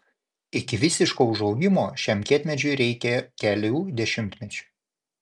iki visiško užaugimo šiam kietmedžiui reikia kelių dešimtmečių